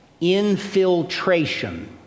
infiltration